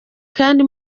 kandi